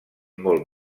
molt